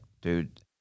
dude